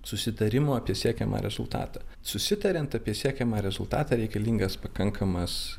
susitarimo apie siekiamą rezultatą susitariant apie siekiamą rezultatą reikalingas pakankamas